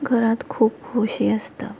घरांत खूब खोशी आसता